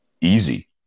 Easy